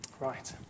Right